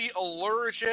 allergic